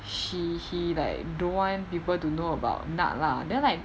she he like don't want people to know about nad lah then like